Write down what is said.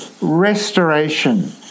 restoration